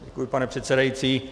Děkuji, pane předsedající.